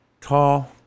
tall